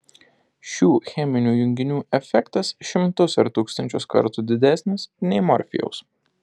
šių cheminių junginių efektas šimtus ar tūkstančius kartų didesnis nei morfijaus